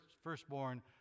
firstborn